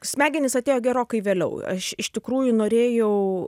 smegenys atėjo gerokai vėliau aš iš tikrųjų norėjau